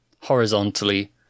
horizontally